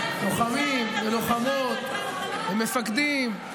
לוחמים ולוחמות, מפקדים,